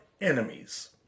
enemies